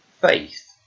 Faith